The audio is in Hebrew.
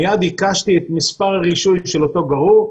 מיד הקשתי את מספר הרישוי של אותו גרור,